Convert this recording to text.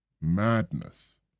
madness